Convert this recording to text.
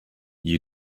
you